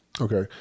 Okay